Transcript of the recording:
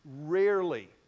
rarely